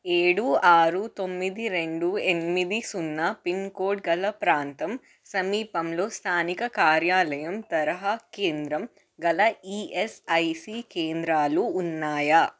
ఏడు ఆరు తొమ్మిది రెండు ఎనిమిది సున్నా పిన్కోడ్ గల ప్రాంతం సమీపంలో స్థానిక కార్యాలయం తరహా కేంద్రం గల ఈఎస్ఐసి కేంద్రాలు ఉన్నాయా